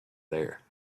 there